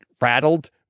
rattled